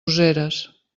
useres